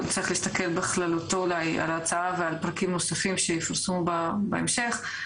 אלא צריך להסתכל בכללי על פרקים נוספים שיפורסמו בהמשך.